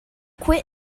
quit